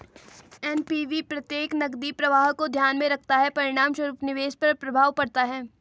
NPV प्रत्येक नकदी प्रवाह को ध्यान में रखता है, परिणामस्वरूप निवेश पर प्रभाव पड़ता है